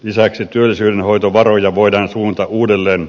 lisäksi työllisyydenhoitovaroja voidaan suunnata uudelleen